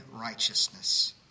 righteousness